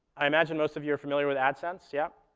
i imagine most of you are familiar with adsense, yeah?